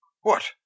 What